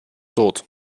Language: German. tod